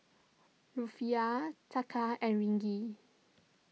Rufiyaa Taka and Ringgit